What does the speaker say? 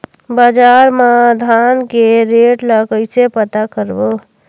बजार मा धान के रेट ला कइसे पता करबो?